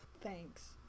Thanks